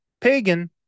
Pagan